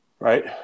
Right